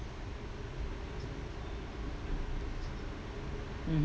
mm